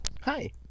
Hi